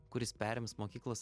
kuris perims mokyklos